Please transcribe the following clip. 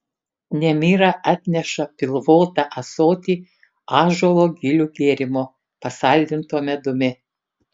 nemira atneša pilvotą ąsotį ąžuolo gilių gėrimo pasaldinto medumi